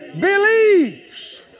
believes